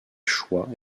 choix